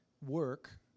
work